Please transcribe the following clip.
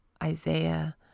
Isaiah